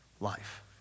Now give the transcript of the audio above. life